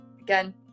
again